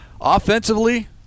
offensively